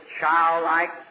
childlike